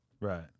right